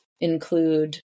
include